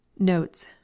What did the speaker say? Notes